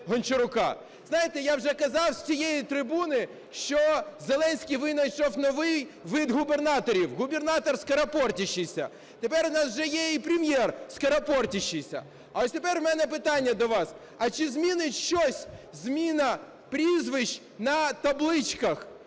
Знаєте, я вже казав з цієї трибуни, що Зеленський винайшов новий вид губернаторів – губернатор "скоропотярщийся". Тепер в нас вже є і Прем'єр "скоропотярщийся". А ось тепер в мене питання до вас. А чи змінить щось зміна прізвищ на табличках,